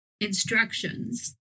instructions